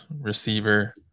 receiver